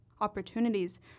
opportunities